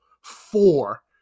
four